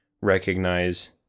recognize